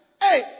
hey